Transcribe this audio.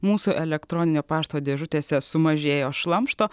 mūsų elektroninio pašto dėžutėse sumažėjo šlamšto